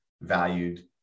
valued